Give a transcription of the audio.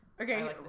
Okay